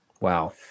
Wow